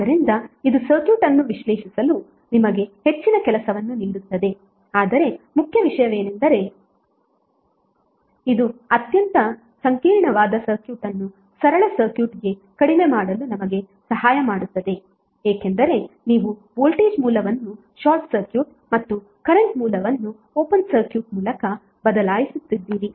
ಆದ್ದರಿಂದ ಇದು ಸರ್ಕ್ಯೂಟ್ ಅನ್ನು ವಿಶ್ಲೇಷಿಸಲು ನಿಮಗೆ ಹೆಚ್ಚಿನ ಕೆಲಸವನ್ನು ನೀಡುತ್ತದೆ ಆದರೆ ಮುಖ್ಯ ವಿಷಯವೆಂದರೆ ಇದು ಅತ್ಯಂತ ಸಂಕೀರ್ಣವಾದ ಸರ್ಕ್ಯೂಟ್ ಅನ್ನು ಸರಳ ಸರ್ಕ್ಯೂಟ್ಗೆ ಕಡಿಮೆ ಮಾಡಲು ನಮಗೆ ಸಹಾಯ ಮಾಡುತ್ತದೆ ಏಕೆಂದರೆ ನೀವು ವೋಲ್ಟೇಜ್ ಮೂಲವನ್ನು ಶಾರ್ಟ್ ಸರ್ಕ್ಯೂಟ್ ಮತ್ತು ಕರೆಂಟ್ ಮೂಲವನ್ನು ಓಪನ್ ಸರ್ಕ್ಯೂಟ್ ಮೂಲಕ ಬದಲಾಯಿಸುತ್ತಿದ್ದೀರಿ